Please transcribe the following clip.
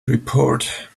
report